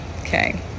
Okay